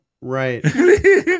Right